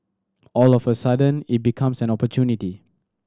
all of a sudden it becomes an opportunity